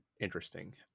interesting